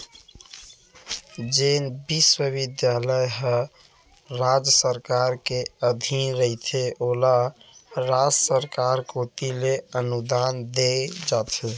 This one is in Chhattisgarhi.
जेन बिस्वबिद्यालय ह राज सरकार के अधीन रहिथे ओला राज सरकार कोती ले अनुदान देय जाथे